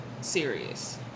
serious